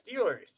Steelers